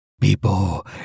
People